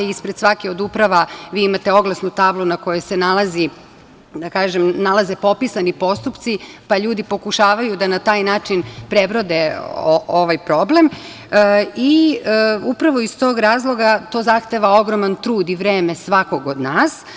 Ispred svake od uprava vi imate oglasnu tablu na kojoj se nalaze popisani postupci, pa ljudi pokušavaju da na taj način prebrode ovaj problem i upravo iz tog razloga to zahteva ogroman trud i vreme svakog od nas.